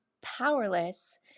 powerless